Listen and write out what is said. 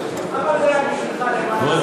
אבל זה היה בשבילך למען,